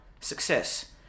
success